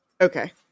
Okay